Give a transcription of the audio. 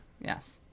Yes